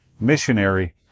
missionary